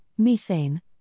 methane